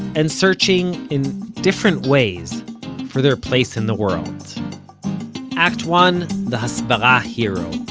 and searching in different ways for their place in the world act one the hasbara hero